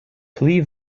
pli